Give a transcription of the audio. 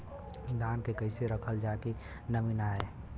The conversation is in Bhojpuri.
धान के कइसे रखल जाकि नमी न आए?